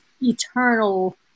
eternal